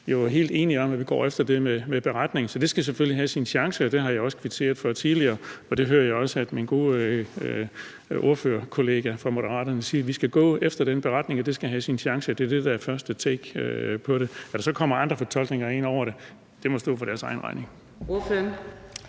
helt enige om, at vi går efter det med beretningen. Så det skal selvfølgelig have sin chance, og det har jeg også kvitteret for tidligere, og det hører jeg også min gode ordførerkollega fra Moderaterne sige. Vi skal gå efter den beretning, og det skal have sin chance. Det er det, der er første take på det. At der så kommer andre fortolkninger ind over det, må stå for deres egen regning.